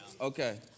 Okay